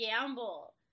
gamble